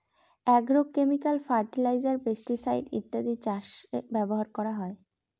agrochemical fertilizer, pesticide ইত্যাদি চাষে ব্যবহার করা হয়